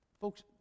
Folks